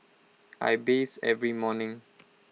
I bathe every morning